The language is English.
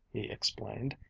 he explained,